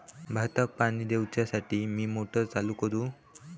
भाताक पाणी दिवच्यासाठी मी मोटर चालू करू?